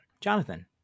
Jonathan